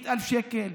100,000 שקל?